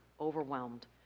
overwhelmed